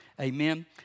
Amen